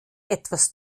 etwas